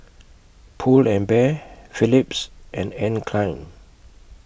Pull and Bear Philips and Anne Klein